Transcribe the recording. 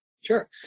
Sure